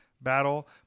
battle